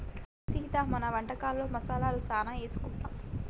అవును సీత మన వంటకాలలో మసాలాలు సానా ఏసుకుంటాం